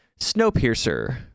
Snowpiercer